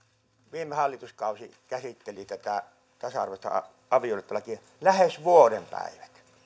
viime hallituskausi käsitteli tätä tasa arvoista avioliittolakia lähes vuoden päivät